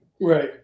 Right